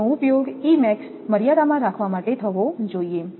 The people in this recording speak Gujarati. જેનો ઉપયોગ E max મર્યાદામાં રાખવા માટે થવો જોઈએ